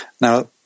Now